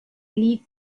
lead